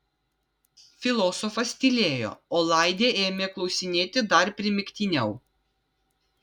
filosofas tylėjo o laidė ėmė klausinėti dar primygtiniau